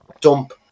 dump